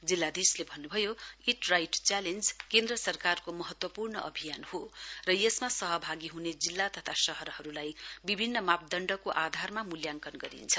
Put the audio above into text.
जिल्लाधीशले भन्नुभयो eat right challenge केन्द्र सरकारको को महत्वपूर्ण अभियान हो र यसमा सहभगी हुने जिल्ला तथा शहरहरूलाई विभिन्न मापदण्डको आधारमा मुल्याङ्कन गरिन्छ